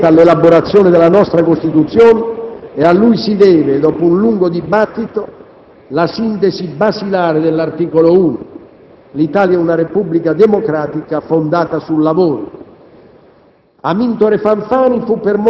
Fanfani partecipò attivamente all'elaborazione della nostra Costituzione e a lui si deve, dopo un lungo dibattito, la sintesi basilare dell'articolo 1: «L'Italia è una Repubblica democratica fondata sul lavoro».